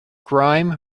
grime